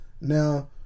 Now